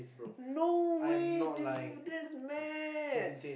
no way dude that's mad